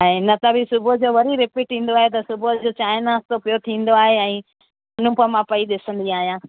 ऐं न त बि सुबुह जो वरी रीपीट ईंदो आहे त सुबुह जो चांहिं नास्तो पियो थींदो आहे ऐं अनूपमा पई ॾिसंदी आहियां